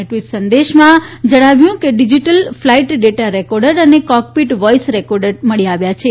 એક ટ્વીટ સંદેશામાં શ્રી પુરીએ કહ્યું કે ડિજીટલ ફ્લાઇટ ડેટા રેકોર્ડર અને કોકપીટ વોઇસ રેકોર્ડટ મળી આવ્યા છે